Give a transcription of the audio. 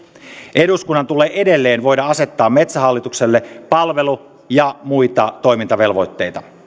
eduskunnan tulee edelleen voida asettaa metsähallitukselle palvelu ja muita toimintavelvoitteita